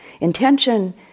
intention